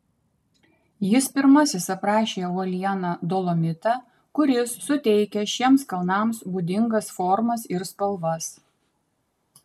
jis pirmasis aprašė uolieną dolomitą kuris suteikia šiems kalnams būdingas formas ir spalvas